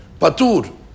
Patur